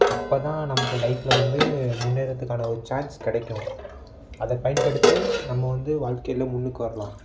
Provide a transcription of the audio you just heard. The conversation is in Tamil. அப்போதான் நமக்கு லைஃப்பில் வந்து முன்னேறுகிறதுக்கான ஒரு சான்ஸ் கிடைக்கும் அதை பயன்படுத்தி நம்ம வந்து வாழ்க்கையில் முன்னுக்கு வரலாம்